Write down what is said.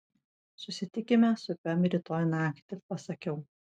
susitikime su pem rytoj naktį pasakiau